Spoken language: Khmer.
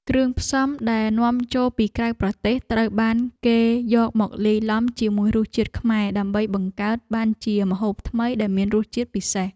គ្រឿងផ្សំដែលនាំចូលពីក្រៅប្រទេសត្រូវបានគេយកមកលាយឡំជាមួយរសជាតិខ្មែរដើម្បីបង្កើតបានជាម្ហូបថ្មីដែលមានរសជាតិពិសេស។